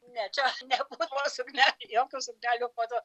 ne čia nebuvo suknelių jokio suknelių kodo